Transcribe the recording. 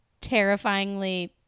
terrifyingly